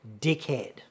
dickhead